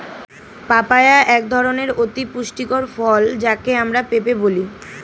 papaya এক ধরনের অতি পুষ্টিকর ফল যাকে আমরা পেঁপে বলি